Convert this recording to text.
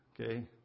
okay